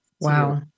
Wow